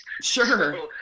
sure